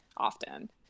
often